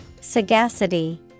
Sagacity